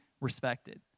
respected